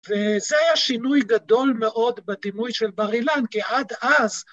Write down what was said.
וזה היה שינוי גדול מאוד בדימוי של בר אילן, כי עד אז...